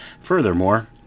Furthermore